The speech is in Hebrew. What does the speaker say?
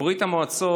בברית המועצות